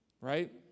right